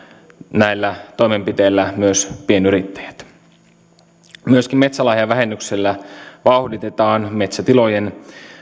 näillä toimenpiteillä myös pienyrittäjät myöskin metsälahjavähennyksellä vauhditetaan metsätilojen